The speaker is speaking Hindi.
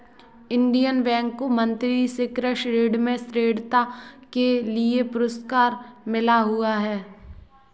इंडियन बैंक को मंत्री से कृषि ऋण में श्रेष्ठता के लिए पुरस्कार मिला हुआ हैं